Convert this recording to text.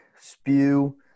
spew